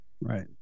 Right